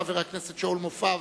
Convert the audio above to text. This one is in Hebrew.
חבר הכנסת שאול מופז,